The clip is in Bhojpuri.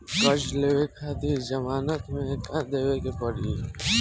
कर्जा लेवे खातिर जमानत मे का देवे के पड़ी?